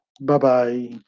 bye-bye